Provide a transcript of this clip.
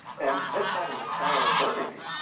and this side of the tower of burgundy.